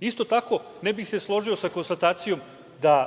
Isto tako, ne bih se složio sa konstatacijom da